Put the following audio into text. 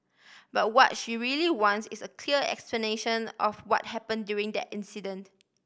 but what she really wants is a clear explanation of what happen during that incident